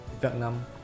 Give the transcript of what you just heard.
Vietnam